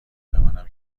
توانم